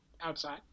Outside